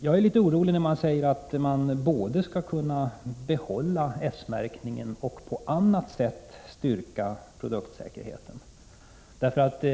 Jag blir litet orolig när man säger att man både skall kunna behålla S-märkningen och på annat sätt styrka produktsäkerheten.